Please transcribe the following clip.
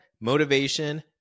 motivation